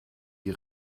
die